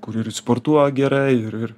kur ir sportuoja gerai ir ir